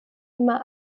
immer